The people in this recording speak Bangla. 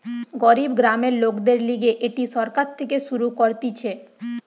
গরিব গ্রামের লোকদের লিগে এটি সরকার থেকে শুরু করতিছে